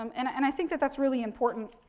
um and and i think that that's really important.